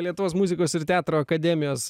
lietuvos muzikos ir teatro akademijos